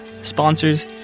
sponsors